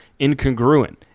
incongruent